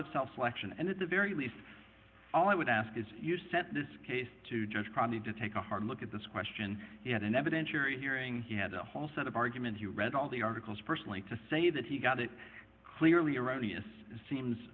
of self selection and at the very least all i would ask is this case to judge probably to take a hard look at this question at an evidentiary hearing he had a whole set of arguments you read all the articles personally to say that he got it clearly erroneous seems